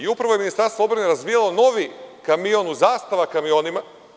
Upravo je Ministarstvo odbrane razvijalo novi kamion u Zastava kamionima.